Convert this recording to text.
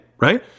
right